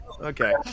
Okay